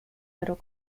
middle